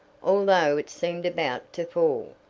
although it seemed about to fall,